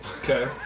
Okay